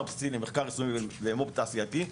בסיסי למחקר יישומי ולמו"פ תעשייתי.